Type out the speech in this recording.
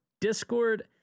Discord